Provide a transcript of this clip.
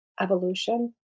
evolution